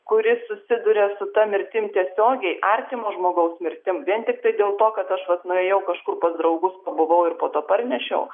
kuris susiduria su ta mirtim tiesiogiai artimo žmogaus mirtim vien tiktai dėl to kad aš vat nuėjau kažkur pas draugus pabuvau ir po to parnešiau